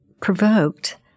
provoked